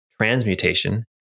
transmutation